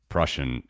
Prussian